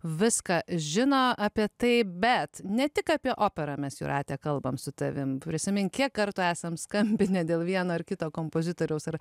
viską žino apie tai bet ne tik apie operą mes jūrate kalbame su tavim prisimink kiek kartų esam skambinę dėl vieno ar kito kompozitoriaus ar